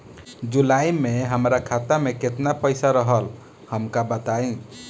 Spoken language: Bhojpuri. जुलाई में हमरा खाता में केतना पईसा रहल हमका बताई?